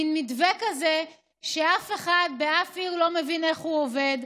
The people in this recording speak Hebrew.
מין מתווה כזה שאף אחד בשום עיר לא מבין איך הוא עובד.